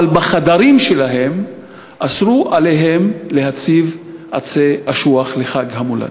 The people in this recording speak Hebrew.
אבל בחדרים שלהם אסרו עליהם להציב עצי אשוח לחג המולד.